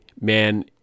man